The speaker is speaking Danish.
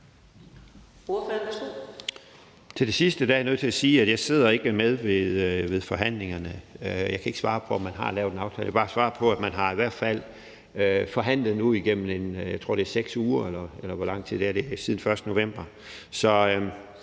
Til det sidste er jeg nødt til at sige, at jeg ikke sidder med ved forhandlingerne; jeg kan ikke svare på, om man har lavet en aftale. Jeg kan bare svare, at man i hvert fald nu har forhandlet igennem, jeg tror, det er 6 uger – eller hvor lang tid, der nu er gået siden den 1. november